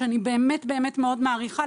שאני באמת באמת מאוד מעריכה,